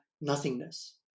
nothingness